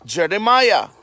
Jeremiah